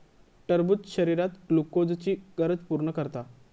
टरबूज शरीरात ग्लुकोजची गरज पूर्ण करता